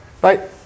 Bye